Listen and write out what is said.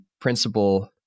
principle